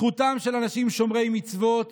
זכותם של אנשים שומרי מצוות